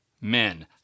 men